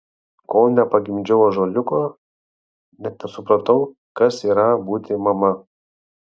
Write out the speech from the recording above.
kol nepagimdžiau ąžuoliuko net nesupratau kas yra būti mama